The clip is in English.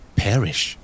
perish